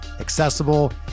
accessible